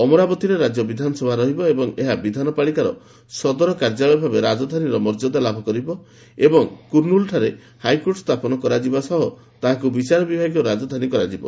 ଅମରାବତୀରେ ରାଜ୍ୟ ବିଧାନସଭା ରହିବ ଏବଂ ଏହା ବିଧାନପାଳିକାର ସଦର କାର୍ଯ୍ୟାଳୟ ଭାବେ ରାଜଧାନୀର ମର୍ଯ୍ୟଦା ଲାଭ କରିବ ଏବଂ କୁର୍ଷ୍ଣୁଲଠାରେ ହାଇକୋର୍ଟ ସ୍ଥାପନ କରାଯିବା ସହ ତାହାକୁ ବିଚାର ବିଭାଗୀୟ ରାଜଧାନୀ କରାଯିବ